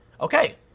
Okay